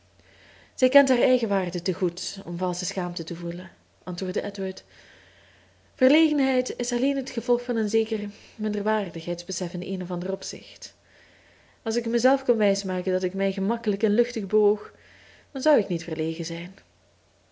zij kent haar eigen waarde te goed om valsche schaamte te gevoelen antwoordde edward verlegenheid is alleen het gevolg van een zeker minderheidsbesef in een of ander opzicht als ik mijzelf kon wijsmaken dat ik mij gemakkelijk en luchtig bewoog dan zou ik niet verlegen zijn